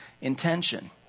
intention